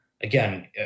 again